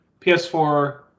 PS4